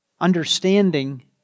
understanding